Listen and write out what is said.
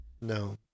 No